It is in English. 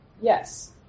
yes